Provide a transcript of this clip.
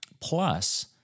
Plus